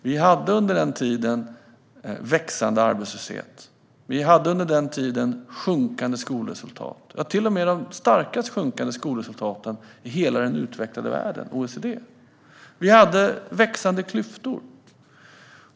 Vi hade under den tiden växande arbetslöshet och sjunkande skolresultat, till och med de starkast sjunkande skolresultaten i hela den utvecklade världen, i OECD. Vi hade växande klyftor.